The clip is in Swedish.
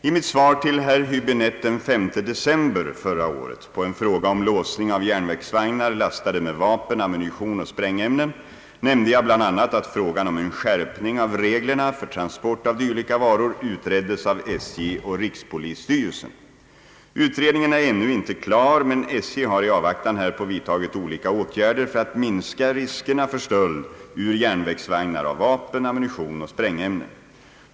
I mitt svar till herr Höäbinette den 5 december förra året på en fråga om låsning av järnvägsvagnar lastade med vapen, ammunition och sprängämnen, nämnde jag bl.a., att frågan om en skärpning av reglerna för transport av dylika varor utreddes av SJ och rikspolisstyrelsen. Utredningen är ännu inte klar men SJ har i avvaktan härpå vidtagit olika åtgärder för att minska riskerna för stöld ur järnvägsvagnar av vapen, ammunition och sprängämnen.